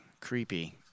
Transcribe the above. creepy